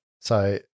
So-